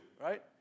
right